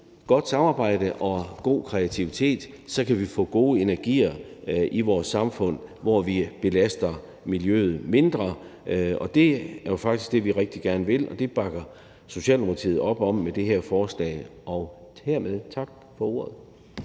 godt samarbejde og god kreativitet kan få gode energier i vores samfund, hvor vi belaster miljøet mindre. Det er jo faktisk det, vi rigtig gerne vil, og det bakker Socialdemokratiet op om med det her forslag. Hermed tak for ordet.